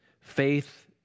faith